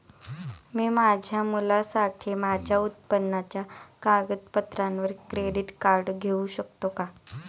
मी माझ्या मुलासाठी माझ्या उत्पन्नाच्या कागदपत्रांवर क्रेडिट कार्ड घेऊ शकतो का?